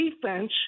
defense